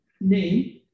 name